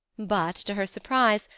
but, to her surprise,